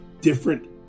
different